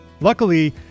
Luckily